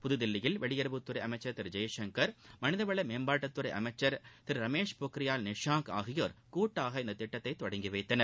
புதுதில்லியில் வெளியுறவுத்துறை அமைச்சர் திரு ஜெய்சங்கர் மனிதவள மேம்பாட்டுத்துறை அமைச்சர் திரு ரமேஷ் பொக்ரியால் நிஷாங்க் ஆகியோர் கூட்டாக இந்த திட்டத்தை தொடங்கி வைத்தனர்